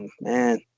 man